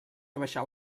abaixar